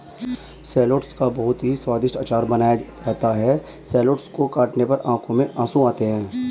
shallots का बहुत ही स्वादिष्ट अचार बनाया जाता है शैलोट्स को काटने पर आंखों में आंसू आते हैं